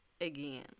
again